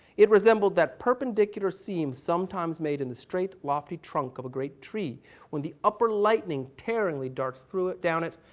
it resembled that perpendicular seam sometimes made in the straight, lofty trunk of a great tree when the upper lightning tearingly darts through, down it,